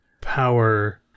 power